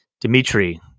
Dimitri